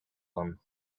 them